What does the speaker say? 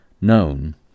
known